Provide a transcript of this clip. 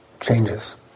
changes